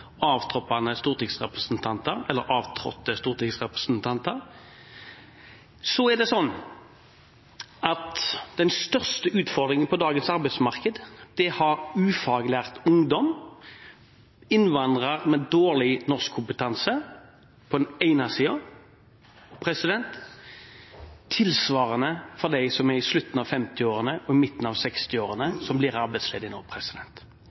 avtrådte stortingsrepresentanter. Den største utfordringen på dagens arbeidsmarked har ufaglært ungdom og innvandrere med dårlig norskkompetanse på den ene siden – tilsvarende for dem som er i slutten av 50-årene og midten av 60-årene og blir arbeidsledige nå.